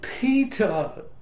Peter